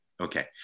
Okay